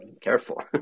careful